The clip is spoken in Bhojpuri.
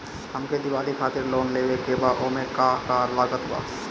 हमके दिवाली खातिर लोन लेवे के बा ओमे का का लागत बा?